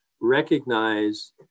recognize